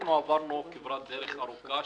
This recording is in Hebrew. אנחנו עברנו כברת דרך ארוכה,